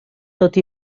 tot